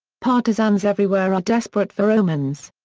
partisans everywhere are desperate for omens.